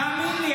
תאמין לי,